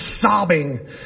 sobbing